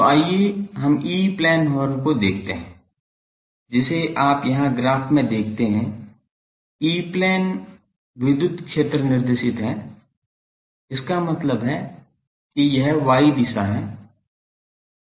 तो आइए हम E प्लेन हॉर्न को देखते हैं जिसे आप यहाँ ग्राफ में देखते हैं ई प्लेन विद्युत क्षेत्र निर्देशित है इसका मतलब है कि यह y दिशा है